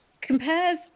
compares